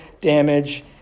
damage